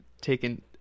taken